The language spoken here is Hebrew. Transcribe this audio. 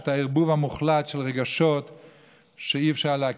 את הערבוב המוחלט של רגשות שאי-אפשר לעכל.